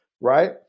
Right